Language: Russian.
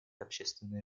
общественной